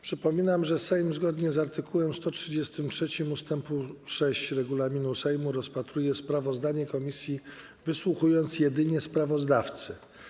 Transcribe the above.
Przypominam, że Sejm, zgodnie z art. 133 ust. 6 regulaminu Sejmu, rozpatruje sprawozdanie komisji, wysłuchując jedynie sprawozdawcy.